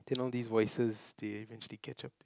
then all these voices they eventually catch up